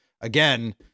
again